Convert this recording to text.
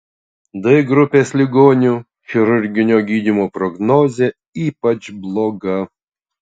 d grupės ligonių chirurginio gydymo prognozė ypač bloga